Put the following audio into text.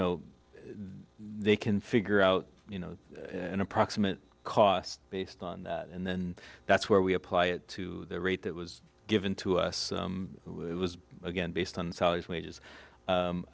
know they can figure out you know an approximate cost based on that and then that's where we apply it to the rate that was given to us it was again based on